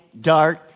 Dark